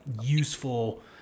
useful